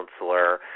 counselor